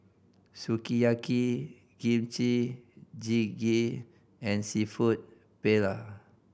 Sukiyaki Kimchi Jjigae and Seafood Paella